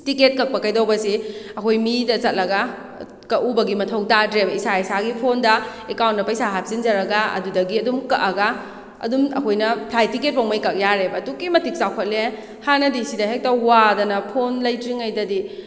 ticket ꯀꯛꯄ ꯀꯩꯗꯧꯕꯁꯤ ꯑꯩꯈꯣꯏ ꯃꯤꯗ ꯆꯠꯂꯒ ꯀꯛꯎꯕꯒꯤ ꯃꯊꯧ ꯇꯥꯗ꯭ꯔꯦꯕ ꯏꯁꯥ ꯏꯁꯥꯒꯤ ꯐꯣꯟꯗ ꯑꯦꯀꯥꯎꯟꯗ ꯄꯩꯁꯥ ꯍꯥꯞꯆꯤꯟꯖꯔꯒ ꯑꯗꯨꯗꯒꯤ ꯑꯗꯨꯝ ꯀꯛꯑꯒ ꯑꯗꯨꯝ ꯑꯩꯈꯣꯏꯅ ꯐ꯭ꯂꯥꯏꯠ ꯇꯤꯀꯦꯠꯐꯧꯉꯩ ꯀꯛ ꯌꯥꯔꯦꯕ ꯑꯗꯨꯛꯀꯤ ꯃꯇꯤꯛ ꯆꯥꯎꯈꯠꯂꯦ ꯍꯥꯟꯅꯗꯤ ꯁꯤꯗ ꯍꯦꯛꯇ ꯋꯥꯗꯅ ꯐꯣꯟ ꯂꯩꯇ꯭ꯔꯤꯉꯩꯗꯗꯤ